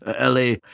LA